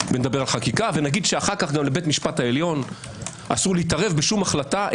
נדבר על חקיקה ונגיד שאחר כך לבבית משפט העליון אסור להתערב בשום החלטה.